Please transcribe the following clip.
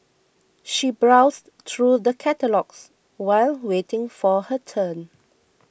she browsed through the catalogues while waiting for her turn